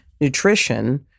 Nutrition